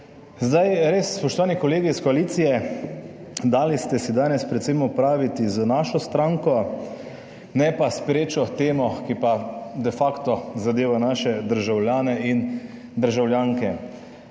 Zdaj res, spoštovani kolegi iz koalicije, dali ste si danes predvsem opraviti z našo stranko, ne pa s perečo temo, ki pa de facto zadeva naše državljane in državljanke.